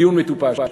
"דיון מטופש"?